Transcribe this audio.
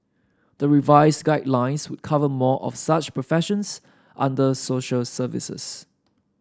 the revised guidelines would cover more of such professions under social services